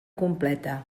completa